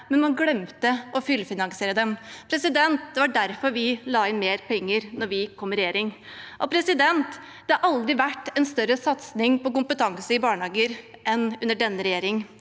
men man glemte å fullfinansiere dem. Det var derfor vi la inn mer penger da vi kom i regjering. Det har aldri vært en større satsing på kompetanse i barnehager enn under denne regjeringen.